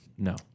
no